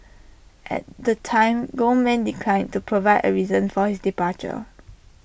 at the time Goldman declined to provide A reason for his departure